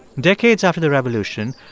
decades after the revolution,